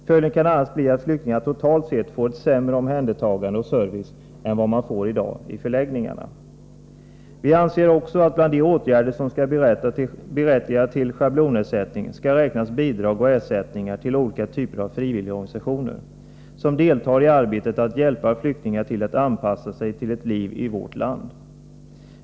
Följden kan annars bli att flyktingar totalt sett får ett sämre omhändertagande och en sämre service än de får i dag i förläggningarna. Vi anser också att till de åtgärder som skall berättiga till schablonersättning skall räknas bidrag och ersättningar till olika typer av frivilligorganisationer vilka deltar i arbetet med att hjälpa flyktingar att anpassa sig till ett liv i vårt land.